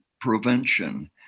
prevention